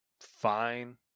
fine